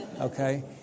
Okay